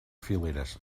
fileres